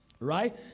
Right